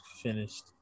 finished